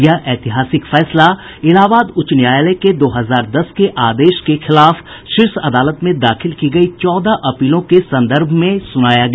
यह ऐतिहासिक निर्णय इलाहाबाद उच्च न्यायालय के दो हजार दस के आदेश के खिलाफ शीर्ष अदालत में दाखिल की गई चौदह अपीलों के संदर्भ में सुनाया गया